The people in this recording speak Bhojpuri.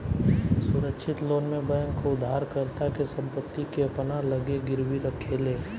सुरक्षित लोन में बैंक उधारकर्ता के संपत्ति के अपना लगे गिरवी रखेले